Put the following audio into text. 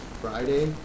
Friday